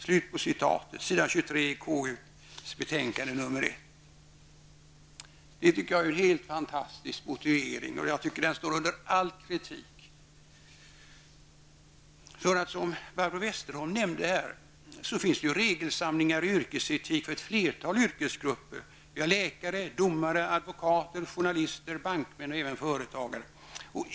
Detta står på s. 23 i konstitutionsutskottets betänkande nr 1. Jag tycker detta är en helt fantastisk motivering. Den står under all kritik. Som Barbro Westerholm nämnde finns det regelsamlingar i yrkesetik för ett flertal yrkesgrupper: läkare, domare, advokater, journalister, bankmän och även företagare.